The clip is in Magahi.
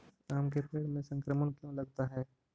आम के पेड़ में संक्रमण क्यों लगता है?